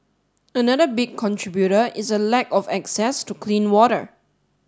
another big contributor is a lack of access to clean water